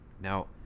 now